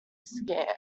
scared